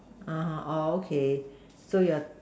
(uh huh) oh okay so you are